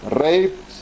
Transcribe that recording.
raped